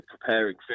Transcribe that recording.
preparing